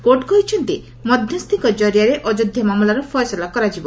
court କହିଛନ୍ତି ମଧସ୍ତିଙ୍କ ଜରିଆରେ ଅଯୋଧ୍ଧା ମାମଲାର ଫଏସଲା କରାଯିବ